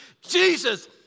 Jesus